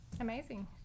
Amazing